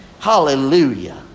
Hallelujah